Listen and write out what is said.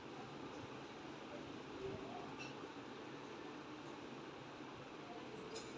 ग्राहक regular saving और basic saving खाता का चयन कर सकते है